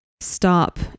stop